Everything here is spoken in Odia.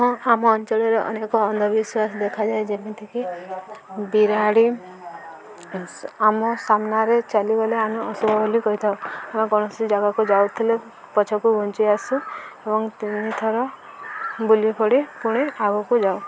ହଁ ଆମ ଅଞ୍ଚଳରେ ଅନେକ ଅନ୍ଧବିଶ୍ୱାସ ଦେଖାଯାଏ ଯେମିତିକି ବିରାଡ଼ି ଆମ ସାମ୍ନାରେ ଚାଲିଗଲେ ଆମେ ଅଶୁଭ ବୋଲି କହିଥାଉ ଆମେ କୌଣସି ଜାଗାକୁ ଯାଉଥିଲେ ପଛକୁ ଘୁଞ୍ଚି ଆସୁ ଏବଂ ତିନିଥର ବୁଲି ପଡ଼ି ପୁଣି ଆଗକୁ ଯାଉ